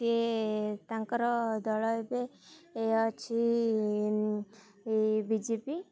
ସିଏ ତାଙ୍କର ଦଳ ଏବେ ଅଛି ବିଜେପି